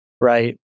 Right